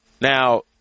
Now